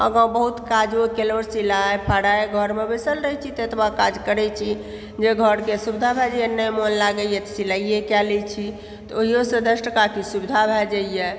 आगाँ बहुत काजो केलहुँ सिलाइ फड़ाइ घरमे बसलि रहैत छी तऽ एतबा काज करैत छी जे घरके सुविधा भए जाइए नहि मन लागइए तऽ सिलाइए कए लैत छी तऽ ओहियोसँ दश टका किछु सुविधा भए जाइए